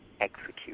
execute